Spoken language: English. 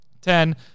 ten